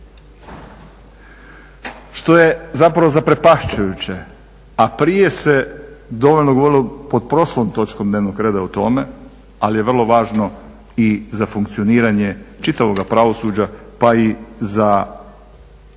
Što je zapravo zaprepašćujuće, a prije se dovoljno govorilo pod prošlom točkom dnevnog reda o tome, ali je vrlo važno i za funkcioniranje čitavoga pravosuđa pa i za